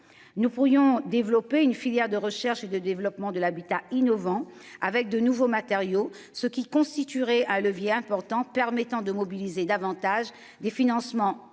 nous pourrions développer une filière de recherche et de développement de l'habitat innovant avec de nouveaux matériaux, ce qui constituerait un levier important permettant de mobiliser davantage des financements